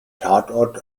tatort